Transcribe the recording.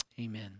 amen